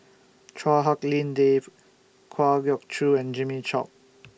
Chua Hak Lien Dave Kwa Geok Choo and Jimmy Chok